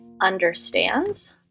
understands